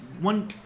One